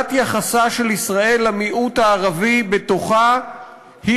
ששאלת יחסה של ישראל למיעוט הערבי בתוכה היא